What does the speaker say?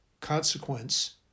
consequence